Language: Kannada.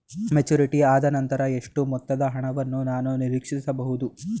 ಮೆಚುರಿಟಿ ಆದನಂತರ ಎಷ್ಟು ಮೊತ್ತದ ಹಣವನ್ನು ನಾನು ನೀರೀಕ್ಷಿಸ ಬಹುದು?